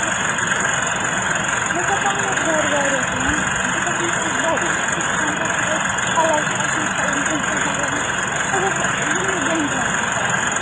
مےٚ مےٚ چھِ پانس گَرِ واریاہ کٲم بہٕ چھَس نہٕ ہٮ۪کان باقٕے ہَفتٕچ چھِ آسان أتھۍ پَلو چھِ آسان چھَلٕۍ کیٚنٛہہ چھُ آسان کَرُن سَہ چھَس بہٕ یِمنٕے دۄن دۄہن منٛز کَران